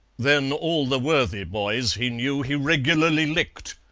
then all the worthy boys he knew he regularly licked,